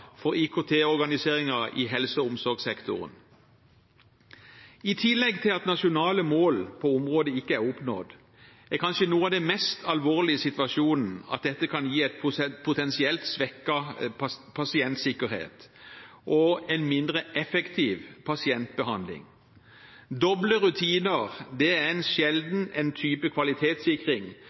for IKT-organiseringen i helse- og omsorgssektoren. I tillegg til at nasjonale mål på området ikke er oppnådd, er kanskje noe av det mest alvorlige i situasjonen at dette kan gi en potensielt svekket pasientsikkerhet og en mindre effektiv pasientbehandling. Doble rutiner er sjelden en type kvalitetssikring